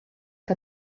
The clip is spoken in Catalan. que